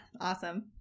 awesome